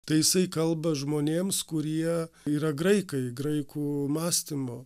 tai jisai kalba žmonėms kurie yra graikai graikų mąstymo